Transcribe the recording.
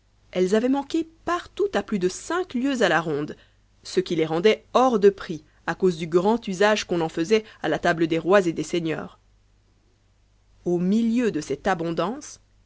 elles avaient manqué partout à plus de cinq lieues a la ronde ce qui les rendait hors de prix à cause du grand usage qu'on en faisait à la table des rois et des seigneurs au milieu de cette abondance